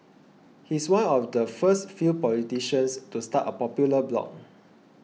he's one of the first few politicians to start a popular blog